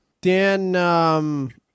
Dan